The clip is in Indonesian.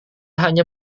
hanya